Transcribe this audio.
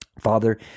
Father